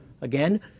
again